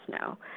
now